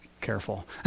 careful